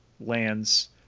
lands